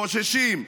חוששים.